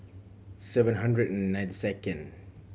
seven hundred and ninety second